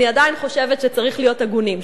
אני עדיין חושבת שצריך להיות הגונים,